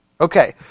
Okay